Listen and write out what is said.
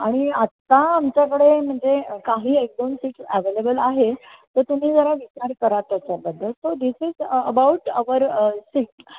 आणि आत्ता आमच्याकडे म्हणजे काही एक दोन सीट्स अवेलेबल आहे तर तुम्ही जरा विचार करा त्याच्याबद्दल so this is about our seat